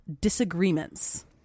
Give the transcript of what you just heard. disagreements